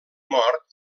mort